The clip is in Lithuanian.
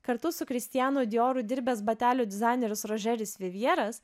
kartu su kristianu dioru dirbęs batelių dizaineris roželis vivjeras